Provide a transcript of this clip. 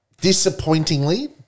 disappointingly